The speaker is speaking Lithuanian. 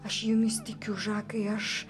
aš jumis tikiu žakai aš